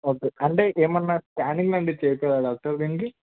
వద్దు అంటే ఏమన్న స్కానింగ్ లాంటివి చేయించాల డాక్టర్ దీనికి